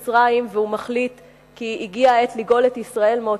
והוא מחליט כי הגיעה העת לגאול את ישראל מאותה גלות.